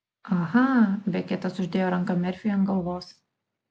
aha beketas uždėjo ranką merfiui ant galvos